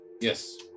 Yes